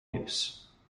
use